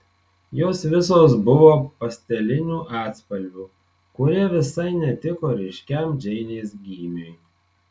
jos visos buvo pastelinių atspalvių kurie visai netiko ryškiam džeinės gymiui